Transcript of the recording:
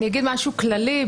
אגיד משהו כללי.